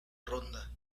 ronda